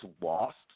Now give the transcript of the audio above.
lost